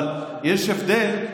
אבל יש הבדל.